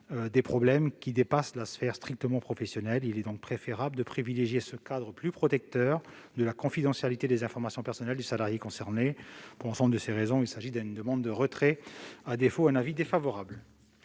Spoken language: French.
des problèmes qui dépassent la sphère professionnelle : il est donc préférable de privilégier ce cadre plus protecteur de la confidentialité des informations personnelles du salarié concerné. Pour l'ensemble de ces raisons, je demande le retrait de cet amendement.